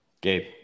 Gabe